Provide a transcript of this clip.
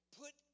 put